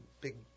big